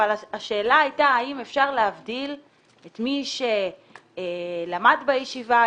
אבל השאלה הייתה האם אפשר להבדיל את מי שלמד בישיבה,